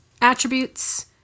attributes